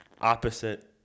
opposite